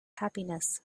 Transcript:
happiness